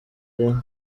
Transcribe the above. rimwe